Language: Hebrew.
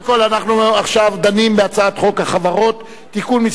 עכשיו דנים בהצעת חוק החברות (תיקון מס'